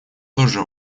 тоже